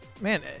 Man